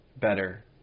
better